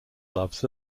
loves